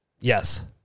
Yes